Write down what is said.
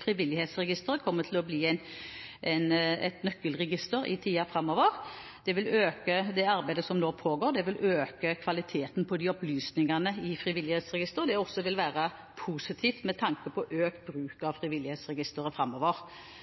Frivillighetsregisteret kommer til å bli et nøkkelregister i tiden framover. Det arbeidet som nå pågår, vil øke kvaliteten på opplysningene i Frivillighetsregisteret. Det vil også være positivt med tanke på økt bruk av Frivillighetsregisteret framover.